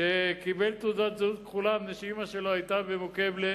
שקיבל תעודת זהות כחולה מפני שאמא שלו היתה במוקבלה,